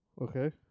Okay